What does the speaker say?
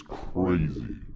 crazy